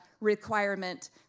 requirement